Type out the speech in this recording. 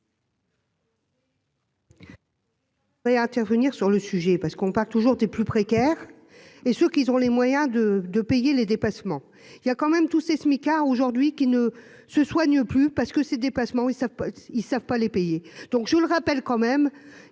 Et intervenir sur le sujet, parce qu'on parle toujours des plus précaires et ce qu'ils ont les moyens de de payer les dépassements, il y a quand même tous ces smicards aujourd'hui qui ne se soignent plus, parce que ses déplacements, ils savent pas ils savent pas les payer, donc je vous le rappelle, quand même,